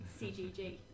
CGG